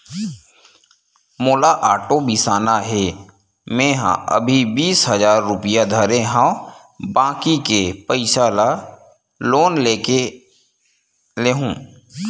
मोला आटो बिसाना हे, मेंहा अभी बीस हजार रूपिया धरे हव बाकी के पइसा ल लोन ले लेहूँ